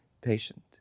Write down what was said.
patient